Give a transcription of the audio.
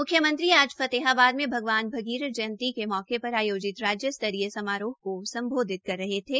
म्ख्यमंत्री आज फतेहाबाद में भगवान भगीरथ जयंती के मौके पर आयोजित राज्य स्तरीय समारोह को सम्बोधित कर रहे थे